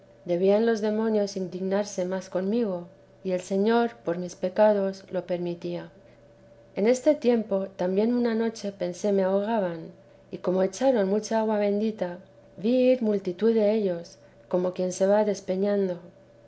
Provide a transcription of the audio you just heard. debían los demonios indignarse más conmigo y el señor'por mis pecados lo permitía en este tiempo también una noche pensé me ahogaban y como me echaron mucha agua bendita vi ir mucha multitud dellos como quien se va despeñando